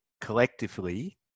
collectively